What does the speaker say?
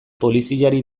poliziari